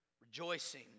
rejoicing